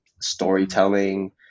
storytelling